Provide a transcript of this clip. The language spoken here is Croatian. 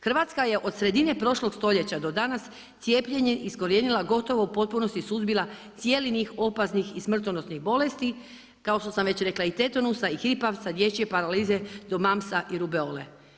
Hrvatska je od sredine prošlog stoljeća do danas cijepljenje iskorijenila gotovo u potpunosti suzbila niz opasnih i smrtonosnih bolesti kao što sam već rekla i tetanusa i hripavca i dječje paralize do mumsa i rubeole.